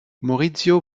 maurizio